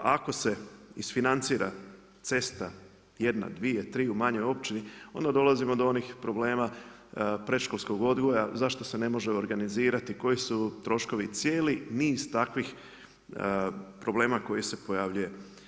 Ako se isfinancira cesta jedna, dvije, tri u manjoj općini onda dolazimo do onih problema predškolskog odgoja zašto se ne može organizirati, koji su troškovi i cijeli niz takvih problema koji se pojavljuje.